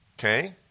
Okay